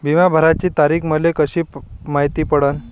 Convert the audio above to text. बिमा भराची तारीख मले कशी मायती पडन?